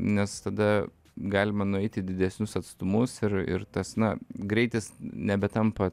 nes tada galima nueiti didesnius atstumus ir ir tas na greitis nebetampa